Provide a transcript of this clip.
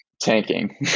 tanking